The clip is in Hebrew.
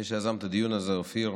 מי שיזם את הדיון הזה, אופיר,